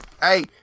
hey